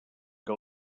que